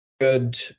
good